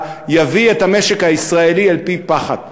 יביאו את המשק הישראלי אל פי פחת,